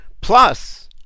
Plus